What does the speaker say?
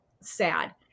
SAD